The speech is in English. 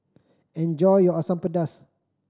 enjoy your Asam Pedas